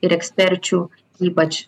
ir eksperčių ypač